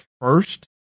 first